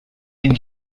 ihnen